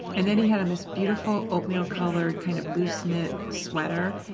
and then he had this beautiful, oatmeal color, kind of loose-knit sweater,